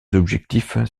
objectifs